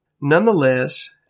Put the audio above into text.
Nonetheless